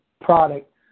product